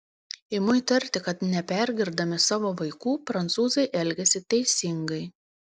imu įtarti kad nepergirdami savo vaikų prancūzai elgiasi teisingai